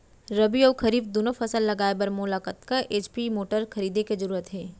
रबि व खरीफ दुनो फसल लगाए बर मोला कतना एच.पी के मोटर खरीदे के जरूरत हे?